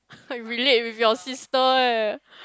I can relate with your sister eh